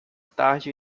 tarde